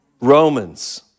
Romans